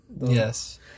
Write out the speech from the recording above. Yes